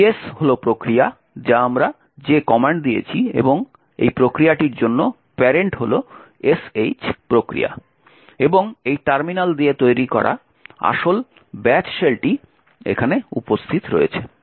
ps হল প্রক্রিয়া যা আমরা যে কমান্ড দিয়েছি এবং এই প্রক্রিয়াটির জন্য প্যারেন্ট হল sh " প্রক্রিয়া এবং এই টার্মিনাল দিয়ে তৈরি করা আসল ব্যাচ শেলটি এখানে উপস্থিত রয়েছে